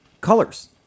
colors